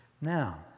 now